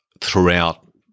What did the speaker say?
throughout